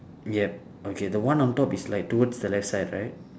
yup okay the one on top is like towards the left side right